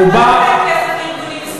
הוא יכול לתת כסף, הוא בא, לארגונים ישראליים.